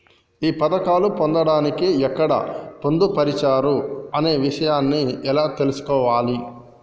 ఈ పథకాలు పొందడానికి ఎక్కడ పొందుపరిచారు అనే విషయాన్ని ఎలా తెలుసుకోవాలి?